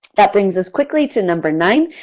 that brings us quickly to number nine.